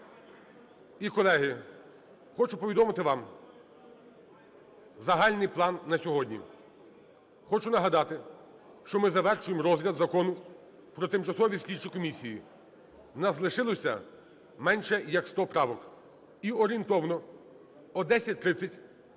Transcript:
І, колеги, хочу повідомити вам загальний план на сьогодні. Хочу нагадати, що ми завершуємо розгляд Закону про тимчасові слідчі комісії. У нас лишилося менш як 100 правок. І орієнтовно о 10:30,